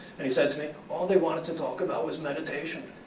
and he said to me, all they wanted to talk about was meditation.